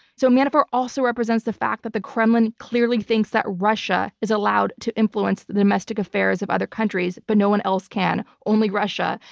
so manafort also represents the fact that the kremlin clearly thinks that russia is allowed to influence the domestic affairs of other countries, but no one else can, only russia.